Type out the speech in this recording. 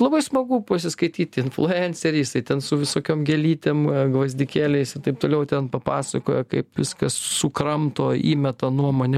labai smagu pasiskaityt influenceriais ten su visokiom gėlytėm gvazdikėliais taip toliau ten papasakojo kaip viskas sukramto įmeta nuomone